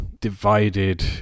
divided